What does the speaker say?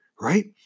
right